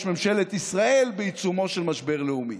ממשלת ישראל בעיצומו של משבר לאומי.